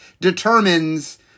determines